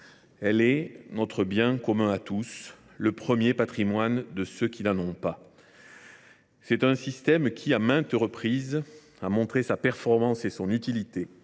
Elle est notre bien commun, le premier patrimoine de ceux qui n’en ont pas. C’est un système qui, à maintes reprises, a montré sa performance et son utilité